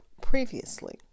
previously